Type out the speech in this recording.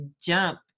jump